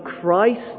Christ